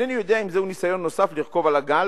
אינני יודע אם זהו ניסיון נוסף לרכוב על הגל,